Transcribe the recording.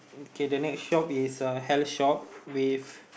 okay the next shop is a hat shop with